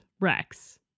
Rex